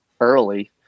early